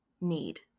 need